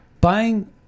buying